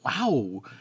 wow